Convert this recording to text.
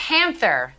Panther